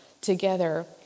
together